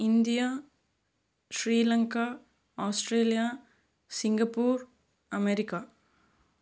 India Sri Lanka Australia Singapore America